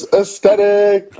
aesthetic